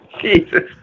Jesus